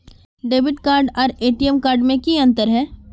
Debit card आर ATM card में की अंतर है?